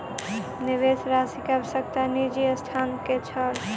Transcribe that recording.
निवेश राशि के आवश्यकता निजी संस्थान के छल